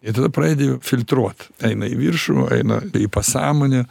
ir tada pradedi filtruot eina į viršų eina į pasąmonę